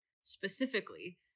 specifically